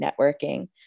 networking